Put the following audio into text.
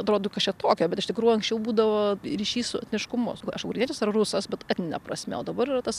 atrodo kas čia tokio bet iš tikrųjų anksčiau būdavo ryšys su etniškumu aš ukrainietis ar rusas bet etnine prasme o dabar yra tas